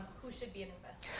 who should be an investor?